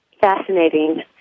fascinating